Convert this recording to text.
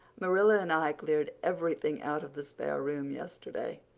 marilla and i cleared everything out of the spare room yesterday.